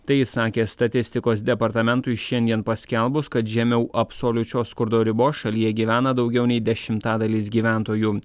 tai įsakė statistikos departamentui šiandien paskelbus kad žemiau absoliučios skurdo ribos šalyje gyvena daugiau nei dešimtadalis gyventojų